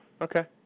okay